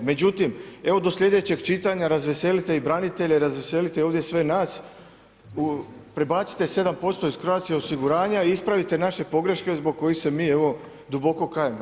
Međutim, evo, do sljedećeg čitanja razveselite i branitelje, razveselite ovdje sve nas, prebacite 7% iz Croatia osiguranja i ispravite naše pogreške zbog kojih se mi evo, duboko kajemo.